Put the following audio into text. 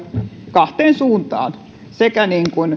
kahteen suuntaan sekä